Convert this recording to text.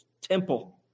temple